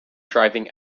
driving